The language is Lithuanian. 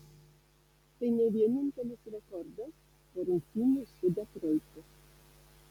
tai ne vienintelis rekordas po rungtynių su detroitu